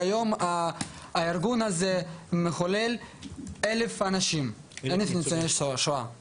והיום הארגון הזה --- אלף ניצולי שואה.